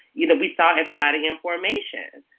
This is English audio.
you know we saw everybody in formation.